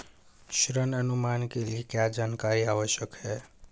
ऋण अनुमान के लिए क्या जानकारी आवश्यक है?